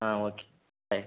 ah okay thanks